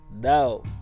no